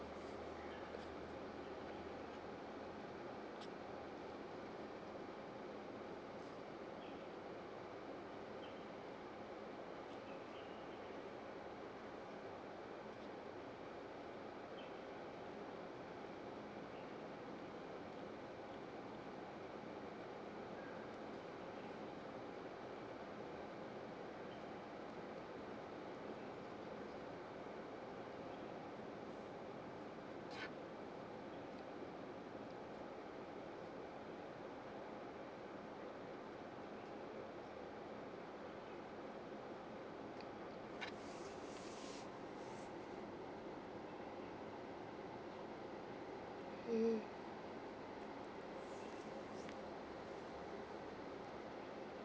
mm